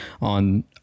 on